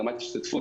רמת השתתפות,